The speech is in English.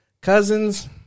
Cousins